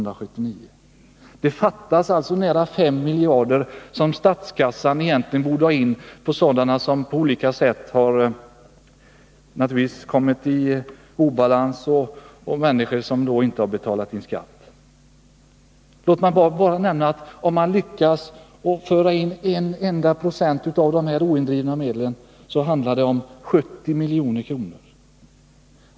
Det fattas alltså nära 5 miljarder som statskassan egentligen borde få in från människor som kommit i obalans och inte betalat in skatt. Låt mig bara nämna att om staten lyckas få in en enda procent av de oindrivna medlen, så handlar det om 70 milj.kr.